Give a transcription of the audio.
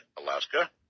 alaska